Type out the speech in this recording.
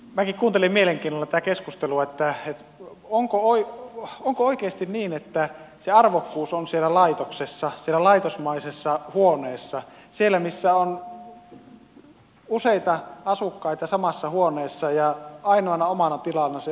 minäkin kuuntelin mielenkiinnolla tätä keskustelua että onko oikeasti niin että se arvokkuus on siellä laitoksessa siellä laitosmaisessa huoneessa siellä missä on useita asukkaita samassa huoneessa ja ainoana omana tilana se oma sänky